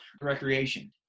recreation